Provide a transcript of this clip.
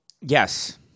Yes